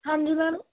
ਹਾਂਜੀ ਮੈਮ